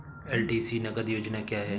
LTC नगद योजना क्या है?